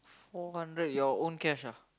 four hundred your own cash ah